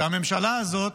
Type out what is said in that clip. והממשלה הזאת,